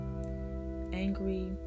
angry